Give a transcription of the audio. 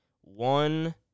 one